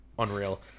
unreal